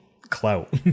clout